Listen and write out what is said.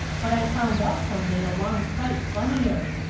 but i've found out something a long sight funnier.